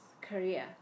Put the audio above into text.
career